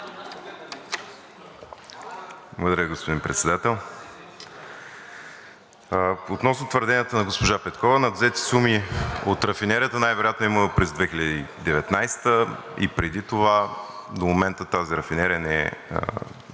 Благодаря, господин Председател. Относно твърдението на госпожа Петкова, надвзети суми от рафинерията най-вероятно е имало през 2019 г. и преди това. До момента тази рафинерия не е